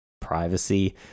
privacy